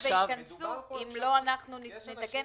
מדובר על מציאות כזאת, הקנסות לא נעשו סתם.